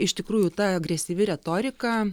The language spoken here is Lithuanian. iš tikrųjų ta agresyvi retorika